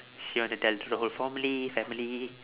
she went to tell to the whole formally family